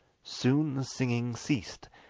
soon the singing ceased,